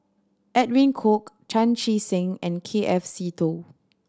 Edwin Koek Chan Chee Seng and K F Seetoh